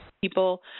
people